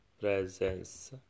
presence